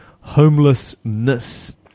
homelessness